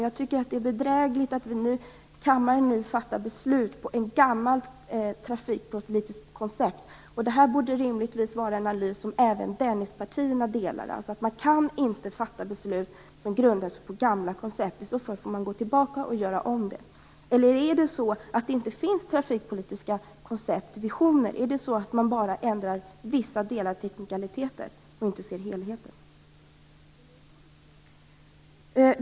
Jag tycker att det är bedrägligt att kammaren nu fattar beslut med ett gammalt trafikpolitiskt koncept som grund. Detta borde rimligen vara en analys som även Dennispartierna kan ställa upp på. Man kan inte fatta beslut med gamla koncept som grund. I så fall får man gå tillbaka och göra om det. Eller är det så att det inte finns trafikpolitiska visioner? Är det så att man bara ändrar vissa delar som gäller teknikaliter och inte ser helheten?